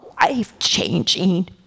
life-changing